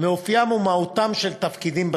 מאופיים ומהותם של התפקידים בסניף.